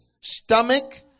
stomach